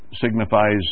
signifies